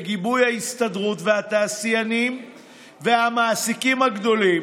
בגיבוי ההסתדרות והתעשיינים והמעסיקים הגדולים,